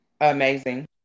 Amazing